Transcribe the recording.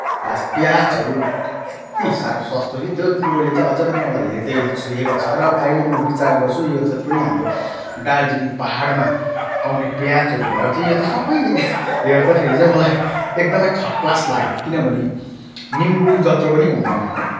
प्याजहरू यत्ति साह्रो सस्तो कि त्यो कुरोले चाहिँ अझै पनि मलाई हृदय छोएको छ र अहिले म विचार गर्छु यो जति पनि हाम्रो दार्जिलिङ पाहाडमा आउने प्याजहरू भएर चाहिँ यो चाहिँ सबै हेर्दाखेरी चाहिँ मलाई एकदमै थर्ड क्लास लाग्यो किनभने निम्बू जत्रो पनि हुँदैन हो